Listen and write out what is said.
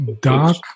dark